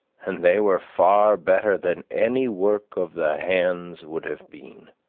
and they were far better than any work of the hands would have been.